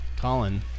Colin